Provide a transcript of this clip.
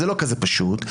זה לא פשוט כל כך.